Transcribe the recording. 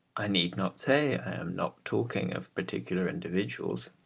i need not say i am not talking of particular individuals.